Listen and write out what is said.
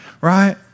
right